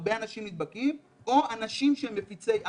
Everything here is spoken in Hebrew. שהרבה אנשים נדבקו בהם או אנשים שהם מפיצי על,